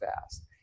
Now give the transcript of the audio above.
fast